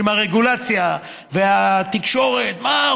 עם הרגולציה והתקשורת: מה,